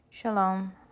Shalom